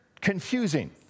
confusing